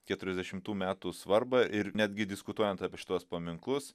keturiasdešimtų metų svarbą ir netgi diskutuojant apie šituos paminklus